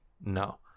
No